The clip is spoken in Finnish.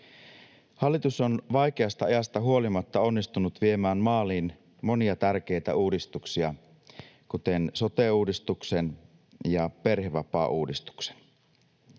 Hallitus on vaikeasta ajasta huolimatta onnistunut viemään maaliin monia tärkeitä uudistuksia, kuten sote-uudistuksen ja perhevapaauudistuksen.